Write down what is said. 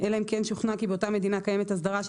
אלא אם כן שוכנע כי באותה מדינה קיימת אסדרה של